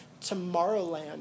Tomorrowland